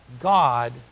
God